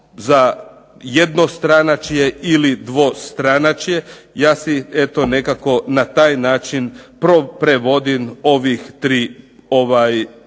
za jednostranačje ili dvostranačje. Ja si eto nekako na taj način prevodim ovih tri